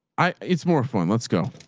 i it's more fun. let's go.